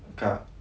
kak